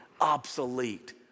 obsolete